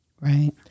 Right